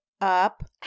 Up